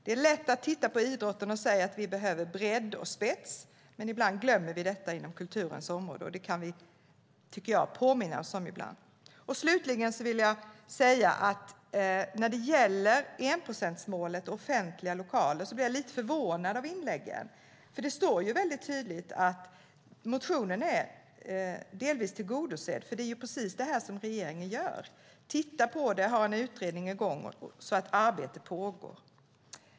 Det är lätt att titta på idrotten och säga att vi behöver bredd och spets, men ibland glömmer vi detta inom kulturens område, och det kan vi, tycker jag, påminna oss om ibland. Slutligen när det gäller enprocentsmålet och offentliga lokaler blev jag lite förvånad av inläggen. Det står ju väldigt tydligt att motionen är delvis tillgodosedd, för det är precis det här som regeringen gör: tittar på det, har en utredning i gång så att arbete pågår.